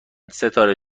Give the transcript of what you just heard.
ستاره